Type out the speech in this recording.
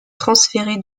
transféré